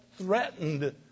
threatened